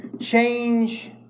change